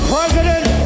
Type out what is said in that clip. President